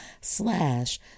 slash